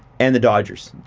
and the dodgers.